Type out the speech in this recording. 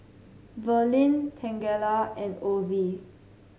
Verlin Tangela and Osie